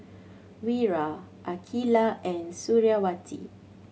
Wira Aqilah and Suriawati